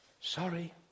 Sorry